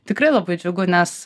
tikrai labai džiugu nes